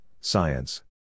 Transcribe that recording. science